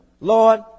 Lord